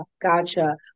gotcha